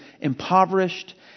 impoverished